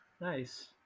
Nice